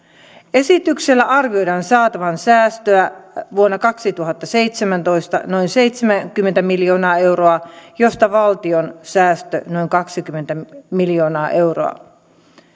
esityksellä arvioidaan saatavan säästöä vuonna kaksituhattaseitsemäntoista noin seitsemänkymmentä miljoonaa euroa josta valtion säästö on noin kaksikymmentä miljoonaa euroa